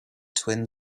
twin